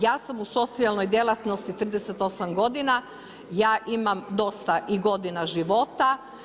Ja sam u socijalnoj djelatnosti 38 godina ja imam dosta i godina života.